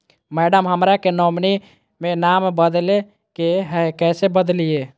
madam, हमरा के nominee में नाम बदले के हैं, कैसे बदलिए